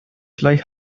gleich